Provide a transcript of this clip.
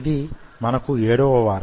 ఇది మనకు 7వ వారం